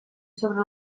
sobre